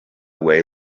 way